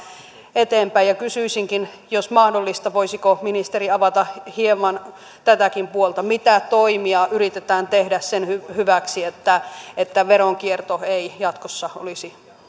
eteenpäin kysyisinkin jos mahdollista voisiko ministeri avata hieman tätäkin puolta mitä toimia yritetään tehdä sen hyväksi että että veronkierto ei jatkossa olisi